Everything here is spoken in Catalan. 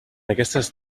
aquestes